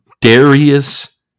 Darius